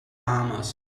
bahamas